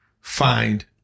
find